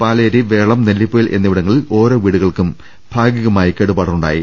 പാലേരി വേളം നെല്ലിപ്പൊയിൽ എന്നിവിടങ്ങളിൽ ഓരോ വീടുകൾക്കും ഭാഗികമായി കേടുപാടുണ്ടായി